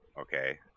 Okay